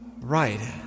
right